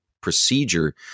procedure